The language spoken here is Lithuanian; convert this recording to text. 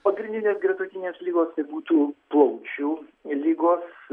pagrindinės gretutinės ligos tai būtų plaučių ligos